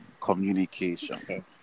Communication